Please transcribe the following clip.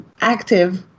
active